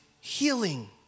healing